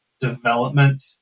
development